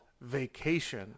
Vacation